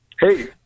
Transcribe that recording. Hey